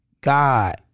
God